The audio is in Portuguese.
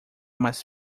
mais